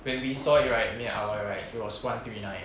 when we saw it right me and aloy right it was one three nine